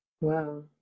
Wow